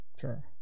sure